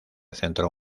centro